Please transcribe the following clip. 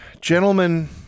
Gentlemen